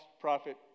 prophet